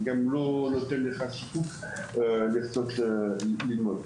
גם לא נותן לך סיפוק ורצון ללמוד.